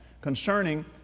concerning